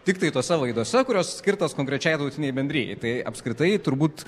tiktai tose laidose kurios skirtos konkrečiai tautinei bendrijai tai apskritai turbūt